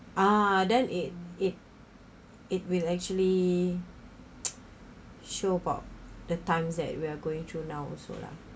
ah then it it it will actually show about the times that we are going through now also lah